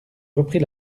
repris